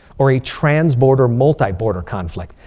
or a trans-border multi-border conflict.